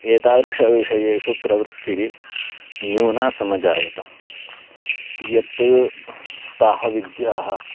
एतादृशविषयेषु प्रवृत्तिः न्यूना समजायत यत् ताः विद्याः